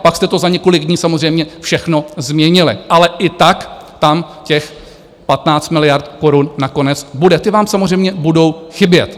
Pak jste to za několik dní samozřejmě všechno změnili, ale i tak tam těch 15 miliard korun nakonec bude, ty vám samozřejmě budou chybět.